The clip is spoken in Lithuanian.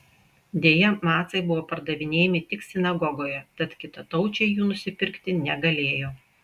deja macai buvo pardavinėjami tik sinagogoje tad kitataučiai jų nusipirkti negalėjo